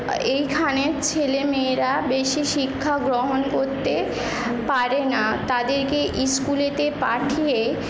এইখানের ছেলে মেয়েরা বেশি শিক্ষা গ্রহণ করতে পারে না তাদেরকে স্কুলে পাঠিয়ে